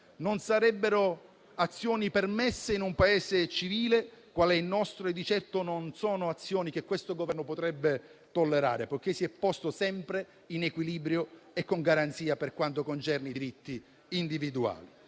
Non sarebbero azioni permesse in un Paese civile qual è il nostro e di certo non sono azioni che questo Governo potrebbe tollerare, poiché si è posto sempre in equilibrio e con garanzia per quanto concerne i diritti individuali.